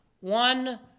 One